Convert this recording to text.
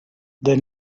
the